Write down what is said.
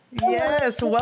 Yes